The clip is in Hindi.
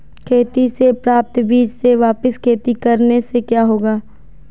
खेती से प्राप्त बीज से वापिस खेती करने से क्या होगा?